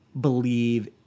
believe